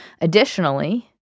Additionally